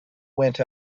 went